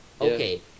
Okay